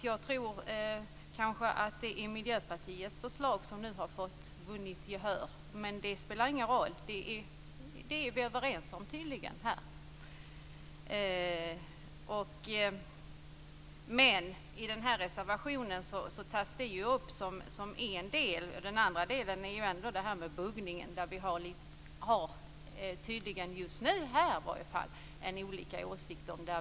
Jag tror snarare att det är Miljöpartiets förslag som nu har vunnit gehör. Men det spelar ingen roll - vi är tydligen överens om det här. I reservationen i fråga tas detta upp som en del. Den andra delen är buggningen, som vi åtminstone här och nu har olika åsikter om.